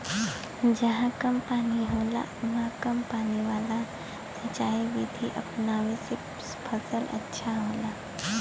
जहां कम पानी होला उहाँ कम पानी वाला सिंचाई विधि अपनावे से फसल अच्छा होला